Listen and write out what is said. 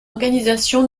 organisation